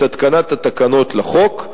את התקנת התקנות לחוק.